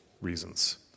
reasons